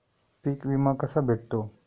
पीक विमा कसा भेटतो?